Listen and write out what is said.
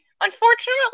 Unfortunately